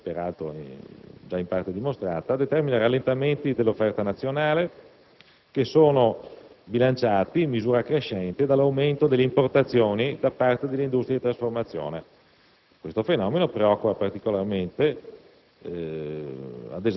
riferisco ai seminativi. Tale eventualità - che si è già in parte dimostrata - determina rallentamenti dell'offerta nazionale che sono bilanciati in misura crescente dall'aumento delle importazioni da parte dell'industria di trasformazione.